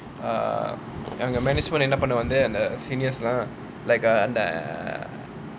err அங்க:anga management என்ன பண்ணு வந்து அந்த:enna pannu vanthu antha seniors ah like err